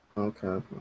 Okay